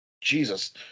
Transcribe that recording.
Jesus